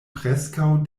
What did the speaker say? preskaŭ